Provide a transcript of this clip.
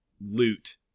loot